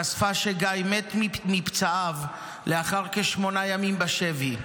חשפה שגיא מת מפצעיו לאחר כשמונה ימים בשבי.